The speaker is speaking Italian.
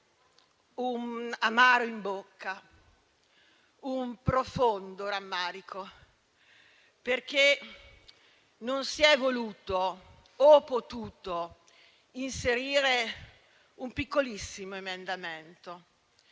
un amaro in bocca e un profondo rammarico, perché non si è voluto - o potuto - inserire un piccolissimo emendamento,